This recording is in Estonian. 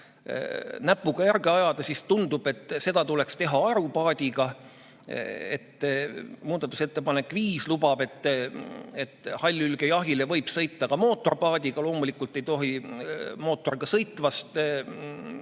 näpuga järge ajada, siis tundub, et seda tuleks teha aerupaadiga. Muudatusettepanek nr 5 lubab, et hallhülgejahile võib sõita ka mootorpaadiga. Loomulikult ei tohi sõitvast